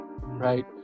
right